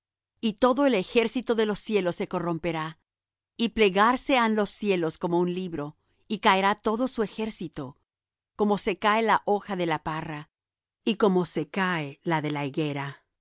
y todo el ejército de los cielos se corromperá y plegarse han los cielos como un libro y caerá todo su ejército como se cae la hoja de la parra y como se cae la de la higuera